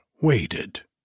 waited